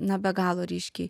na be galo ryškiai